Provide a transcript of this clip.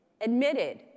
admitted